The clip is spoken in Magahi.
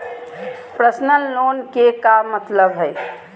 पर्सनल लोन के का मतलब हई?